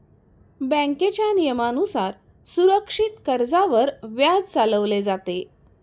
बँकेच्या नियमानुसार सुरक्षित कर्जावर व्याज चालवले जाते